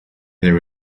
there